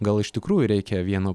gal iš tikrųjų reikia vieno